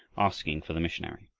asking for the missionary.